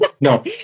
No